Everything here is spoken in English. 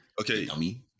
Okay